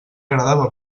agradava